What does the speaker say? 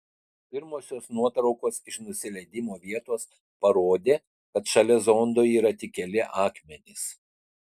pirmosios nuotraukos iš nusileidimo vietos parodė kad šalia zondo yra tik keli akmenys